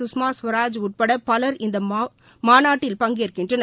சுஷ்மா ஸ்வராஜ் உட்படபலர் இந்தமாநாட்டில் பங்கேற்கின்றனர்